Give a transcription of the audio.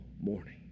morning